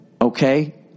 okay